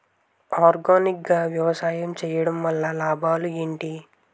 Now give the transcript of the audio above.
Organic గా వ్యవసాయం చేయడం వల్ల లాభాలు ఏంటి?